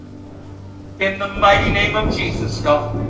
in the mighty name of jesus, god,